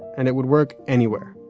and it would work anywhere.